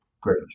Great